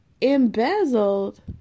embezzled